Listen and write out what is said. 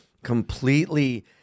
completely